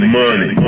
money